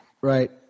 Right